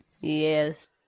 Yes